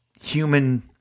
Human